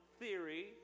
theory